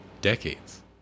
decades